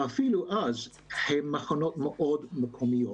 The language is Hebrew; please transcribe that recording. ואפילו אז הם מחנות מאוד מקומיים.